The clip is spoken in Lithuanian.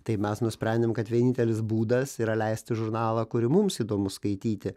tai mes nusprendėm kad vienintelis būdas yra leisti žurnalą kurį mums įdomu skaityti